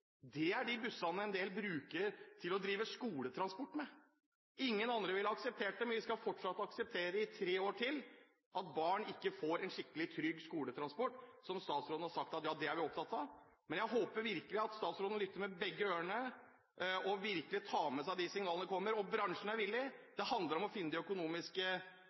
Det er de bussene en del bruker til skoletransport. Ingen andre ville ha akseptert dem, men vi skal fortsatt akseptere i tre år til at barn ikke får en skikkelig trygg skoletransport, som statsråden har sagt at man er opptatt av. Men jeg håper virkelig at statsråden lytter med begge ørene og tar med seg de signalene som kommer. Bransjen er villig. Det handler om å finne de økonomiske